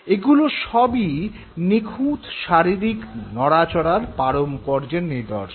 এগুলো সবই নিখুঁত শারীরিক নড়াচড়ার পারম্পর্যের নিদর্শন